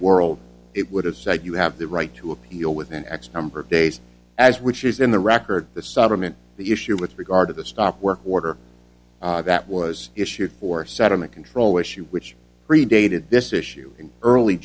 world it would have said you have the right to appeal within x number of days as which is in the record the cyberman the issue with regard to the stop work order that was issued for settlement control issue which predated this issue in early